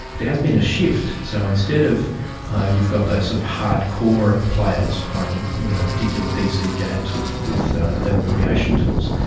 there has been a shift. so instead of you've got those sort of hard-core players playing particular pc games with with level creation tools,